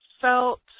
felt